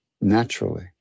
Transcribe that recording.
naturally